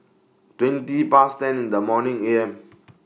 twenty Past ten in The morning A M